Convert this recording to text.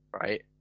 right